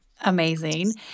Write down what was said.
Amazing